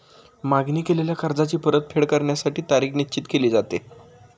मागणी केलेल्या कर्जाची परतफेड करण्यासाठी तारीख निश्चित केली जाते